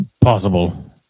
possible